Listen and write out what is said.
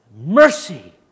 mercy